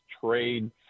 trade